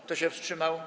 Kto się wstrzymał?